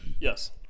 Yes